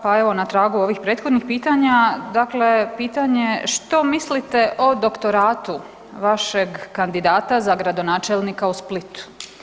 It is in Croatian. Pa evo na tragu ovih prethodnih pitanja, dakle pitanje što mislite o doktoratu vašeg kandidata za gradonačelnika u Splitu?